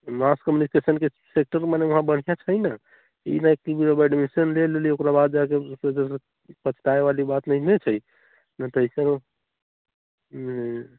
मास कम्युनिकेशनके सिस्टम मने वहाँ बढ़िआँ छै ने ई नहि कि जब एडमिशन ले लेली ओकरा बाद जाकऽ पछताइ वाली बात नहि ने छै नहि तऽ एहिसहुँ